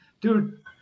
Dude